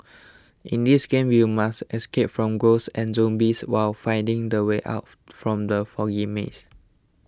in this game you must escape from ghosts and zombies while finding the way out from the foggy maze